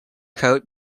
coat